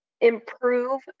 improve